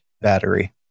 battery